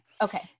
Okay